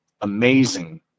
amazing